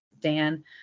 Dan